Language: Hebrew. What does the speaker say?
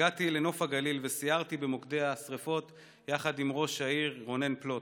הגעתי לנוף הגליל וסיירתי במוקדי השרפות יחד עם ראש העיר רונן פלוט,